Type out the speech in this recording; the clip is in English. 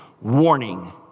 warning